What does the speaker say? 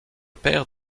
père